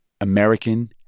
American